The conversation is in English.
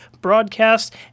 broadcast